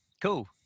Cool